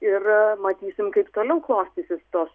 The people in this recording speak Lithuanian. ir matysim kaip toliau klostysis tos